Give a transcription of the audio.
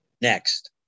next